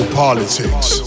politics